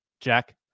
Jack